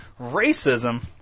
racism